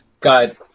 God